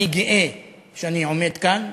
אני גאה שאני עומד כאן,